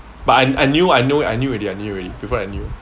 but I I knew I knew I knew already I knew already before I knew